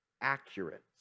accurate